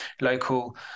local